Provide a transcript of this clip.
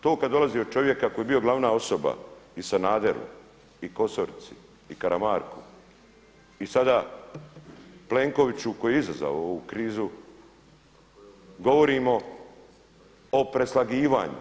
To kada dolazi od čovjeka koji je bio glavna osoba i Sanaderu i KOsorici i Karamarku i sada Plenkoviću koji je izazvao ovu krizu govorimo o preslagivanju.